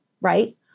right